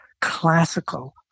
classical